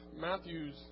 Matthew's